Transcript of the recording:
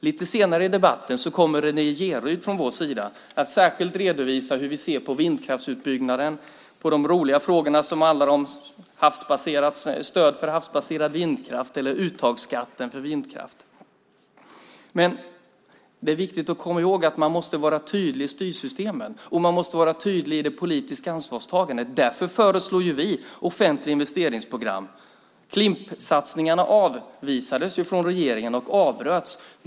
Lite senare i debatten kommer Renée Jeryd från vår sida att särskilt redovisa hur vi ser på vindkraftsutbyggnaden, på de roliga frågor som handlar om stöd för havsbaserad vindkraft eller uttagsskatten för vindkraft. Men det är viktigt att komma ihåg att man måste vara tydlig i styrsystemen, och man måste vara tydlig i det politiska ansvarstagandet. Därför föreslår vi offentliga investeringsprogram. Klimpsatsningarna avvisades ju från regeringens sida och avbröts.